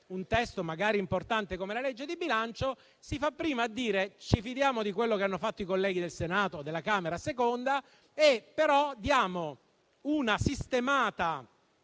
un testo, magari importante come la legge di bilancio, si fa prima a dire che ci fidiamo di quello che hanno fatto i colleghi del Senato o della Camera, ma diamo una sistemata